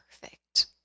perfect